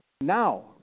now